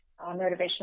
motivational